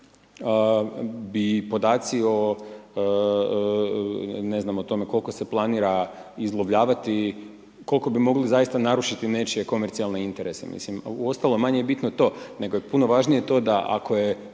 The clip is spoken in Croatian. bi podaci o ne znam o tome koliko se planira izlovljavati, koliko bi mogli zaista narušiti nečije komercijalne interese, mislim uostalom manje je bitno to nego je puno važnije to da ako je